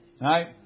right